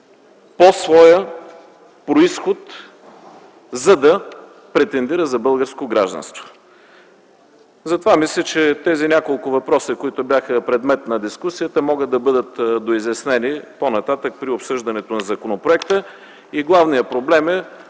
по произход, за да претендира за българско гражданство. Затова мисля, че тези няколко въпроса, които бяха предмет на дискусията, могат да бъдат доизяснени по-нататък при обсъждането на законопроекта. Главният проблем е